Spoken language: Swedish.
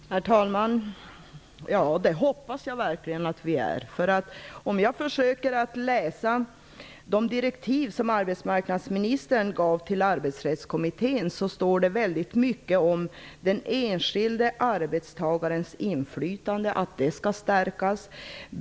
Herr talman! Det hoppas jag verkligen. Om jag försöker läsa de direktiv som arbetsmarknadsministern gav Arbetsrättskommittén, står det mycket om den enskilde arbetstagarens inflytande och att det skall stärkas.